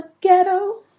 ghetto